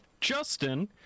Justin